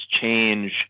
change